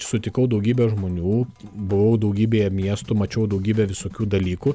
sutikau daugybę žmonių buvau daugybėje miestų mačiau daugybę visokių dalykų